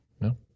No